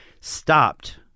Stopped